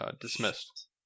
Dismissed